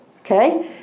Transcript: okay